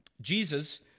Jesus